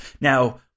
Now